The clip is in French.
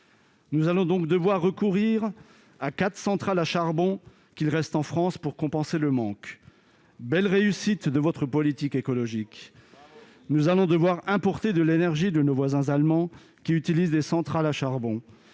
Nous allons donc devoir recourir à quatre centrales à charbon restant en France pour compenser le manque. Belle réussite de votre politique écologique ! Bravo ! Nous allons devoir importer de l'énergie de nos voisins allemands, qui utilisent des centrales à charbon.